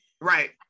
Right